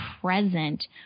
present